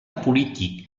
polític